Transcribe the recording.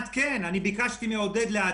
ביקשתי מעודד פורר לעדכן.